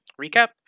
recap